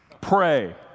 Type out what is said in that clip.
Pray